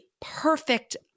perfect